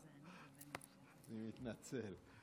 אני מתנצל.